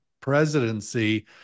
presidency